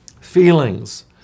feelings